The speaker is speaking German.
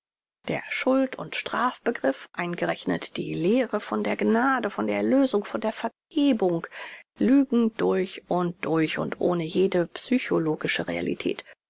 der schuld und straf begriff eingerechnet die lehre von der gnade von der erlösung von der vergebung lügen durch und durch und ohne jede psychologische realität